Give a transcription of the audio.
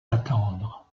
attendre